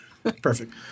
Perfect